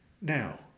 Now